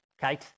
Kate